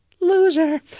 Loser